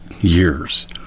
years